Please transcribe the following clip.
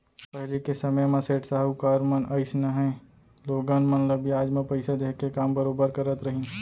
पहिली के समे म सेठ साहूकार मन अइसनहे लोगन मन ल बियाज म पइसा देहे के काम बरोबर करत रहिन